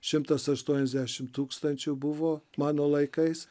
šimtas aštuoniasdešimt tūkstančių buvo mano laikais